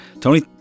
tony